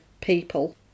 people